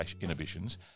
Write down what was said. inhibitions